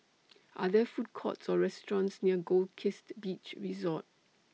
Are There Food Courts Or restaurants near Goldkist Beach Resort